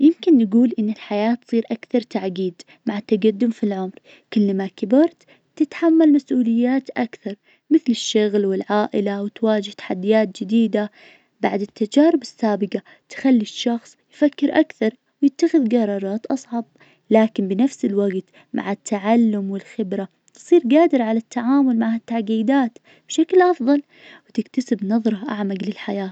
يمكن نقول إن الحياة تصير أكثر تعقيد مع التقدم في العمر. كلما كبرت تتحمل مسؤوليات أكثر. مثل الشغل والعائلة وتواجه تحديات جديدة. بعد التجارب السابقة تخلي الشخص يفكر أكثر ويتخذ قرارات أصعب، لكن بنفس الوقت مع التعلم والخبرة تصير قادر على التعامل مع ها التعقيدات بشكل أفضل وتكتسب نظرة أعمق للحياة.